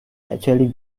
actually